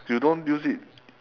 you don't use it